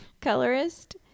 Colorist